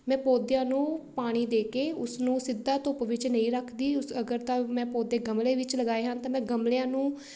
ਮੈਂ ਪੌਦਿਆਂ ਨੂੰ ਪਾਣੀ ਦੇ ਕੇ ਉਸਨੂੰ ਸਿੱਧਾ ਧੁੱਪ ਵਿੱਚ ਨਹੀਂ ਰੱਖਦੀ ਉਸ ਅਗਰ ਤਾਂ ਮੈਂ ਪੌਦੇ ਗਮਲੇ ਵਿੱਚ ਲਗਾਏ ਹਨ ਤਾਂ ਮੈਂ ਗਮਲਿਆਂ ਨੂੰ